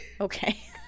okay